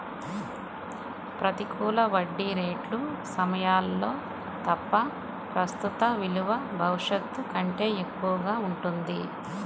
ప్రతికూల వడ్డీ రేట్ల సమయాల్లో తప్ప, ప్రస్తుత విలువ భవిష్యత్తు కంటే ఎక్కువగా ఉంటుంది